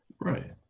Right